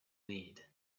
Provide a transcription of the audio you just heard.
need